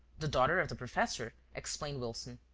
the daughter of the professor, explained wilson.